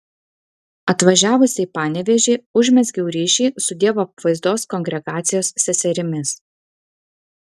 atvažiavusi į panevėžį užmezgiau ryšį su dievo apvaizdos kongregacijos seserimis